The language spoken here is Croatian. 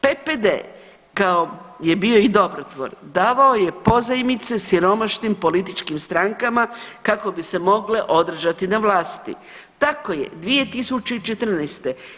PPD kao je bio i dobrotvor davao je pozajmice siromašnim političkim strankama kako bi se mogle održati na vlasti, tako je 2014.